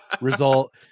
result